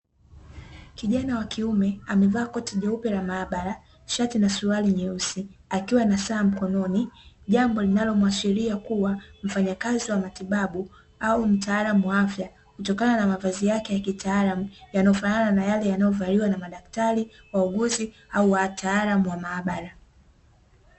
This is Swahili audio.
Kijana wa kiume amevaa koti jeupe la maabara, shati, na suruali nyeusi, akiwa na saa mkononi, jambo linalomwashiria kuwa mfanyakazi wa matibabu, au mtaalamu wa afya, kutokanana na mavazi yake ya kitaalamu, yanafanana na yale yanayovaliwa na madaktari, wauguzi, au wataalamu wa maabara.